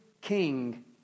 king